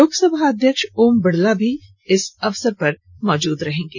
लोकसभा अध्यक्ष ओम बिड़ला भी इस अवसर पर मौजूद रहेंगे